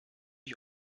ich